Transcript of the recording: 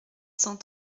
cent